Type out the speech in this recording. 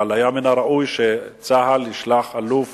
אבל היה ראוי שצה"ל ישלח אלוף